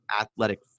athletic